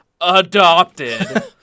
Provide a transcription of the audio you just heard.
adopted